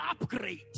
upgrade